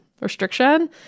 restriction